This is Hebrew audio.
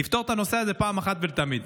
לפתור את הנושא הזה פעם אחת ולתמיד,